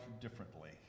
differently